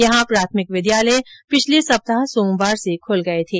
यहां प्राथमिक विद्यालय पिछले सप्ताह सोमवार से खुल गए थे